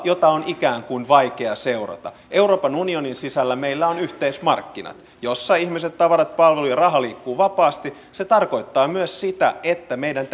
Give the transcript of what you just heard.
jota on vaikea seurata euroopan unionin sisällä meillä on yhteismarkkinat joilla ihmiset tavarat palvelut ja raha liikkuvat vapaasti se tarkoittaa myös sitä että meidän